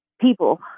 people